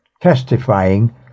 testifying